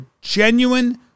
genuine